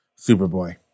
Superboy